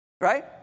right